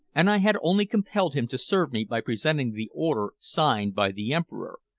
and i had only compelled him to serve me by presenting the order signed by the emperor,